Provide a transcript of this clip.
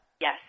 Yes